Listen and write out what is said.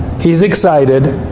he's excited,